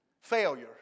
failure